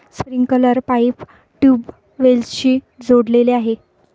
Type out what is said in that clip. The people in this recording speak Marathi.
स्प्रिंकलर पाईप ट्यूबवेल्सशी जोडलेले आहे